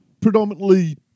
predominantly